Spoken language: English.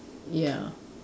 ya